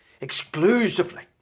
exclusively